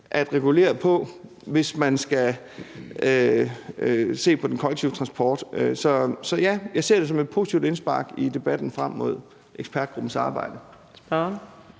at regulere på, hvis man skal se på den kollektive transport. Så ja, jeg ser det som et positivt indspark i debatten frem mod ekspertgruppens arbejde.